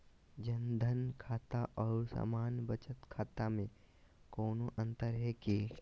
जन धन खाता और सामान्य बचत खाता में कोनो अंतर है की?